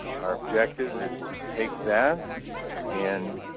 our objective is to take that and